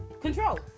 control